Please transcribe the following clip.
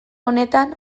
honetan